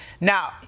Now